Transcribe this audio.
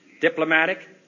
diplomatic